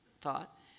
thought